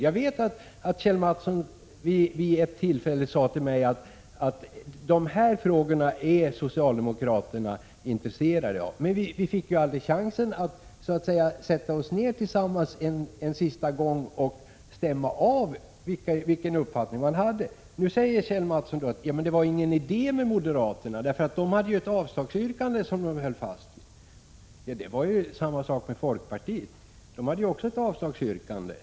Det är riktigt att Kjell Mattsson vid ett tillfälle berättade för mig vilka frågor som socialdemokraterna var intresserade av att diskutera. Men vi fick aldrig chansen att sätta oss ned och tillsammans en sista gång så att säga stämma av våra uppfattningar. Kjell Mattsson menade att det inte var någon idé att föra ytterligare diskussioner med oss moderater, eftersom vi hade ett yrkande om avslag som vi höll fast vid. Det var ju samma sak med folkpartiet, som också hade ett avslagsyrkande.